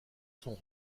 sont